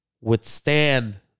withstand